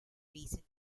recent